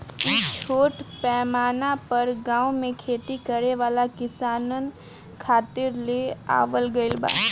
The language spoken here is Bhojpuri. इ छोट पैमाना पर गाँव में खेती करे वाला किसानन खातिर ले आवल गईल बा